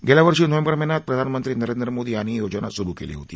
गेल्या वर्षी नोव्हेंबर महिन्यात प्रधानमंत्री नरेंद्र मोदी यांनी ही योजना सुरू केली होती